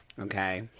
Okay